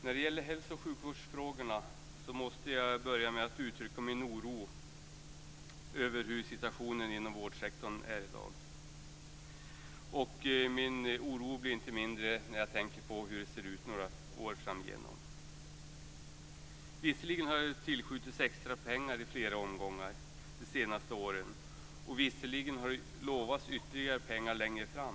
Fru talman! Jag måste börja med att utrycka min oro över hur situationen inom vårdsektorn är i dag. Min oro blir inte mindre när jag tänker på hur det kommer att se ut några år framåt. Visserligen har det tillskjutits extra pengar i flera omgångar de senaste åren, och visserligen har det lovats ytterligare pengar längre fram.